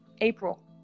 April